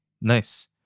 Nice